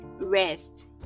rest